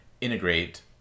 integrate